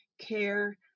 care